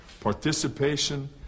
participation